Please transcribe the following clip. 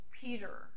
Peter